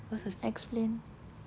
what's the explain